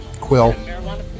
quill